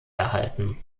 erhalten